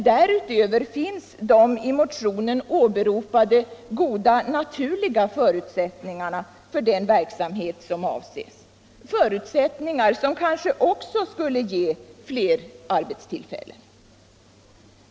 Därutöver finns dock de i motionen åberopade goda naturliga förutsättningarna för den verksamhet som avses, förutsättningar som kanske också skulle ge fler arbetstillfällen.